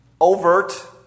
overt